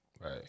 right